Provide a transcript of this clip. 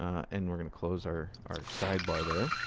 and we're going to close our our sidebar there.